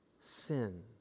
sin